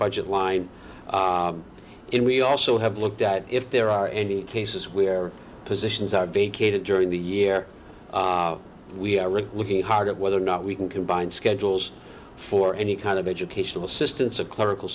budget line and we also have looked at if there are any cases where positions are vacated during the year we are really looking hard at whether or not we can combine schedules for any kind of educational assistance of clerical